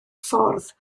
ffordd